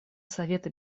совета